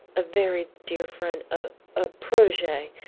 a very dear friend a a protegee,